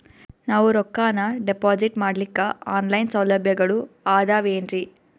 ನಾವು ರೊಕ್ಕನಾ ಡಿಪಾಜಿಟ್ ಮಾಡ್ಲಿಕ್ಕ ಆನ್ ಲೈನ್ ಸೌಲಭ್ಯಗಳು ಆದಾವೇನ್ರಿ?